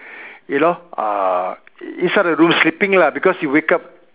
you know uh inside the room sleeping lah because he wake up